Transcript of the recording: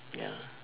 ya